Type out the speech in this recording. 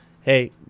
Hey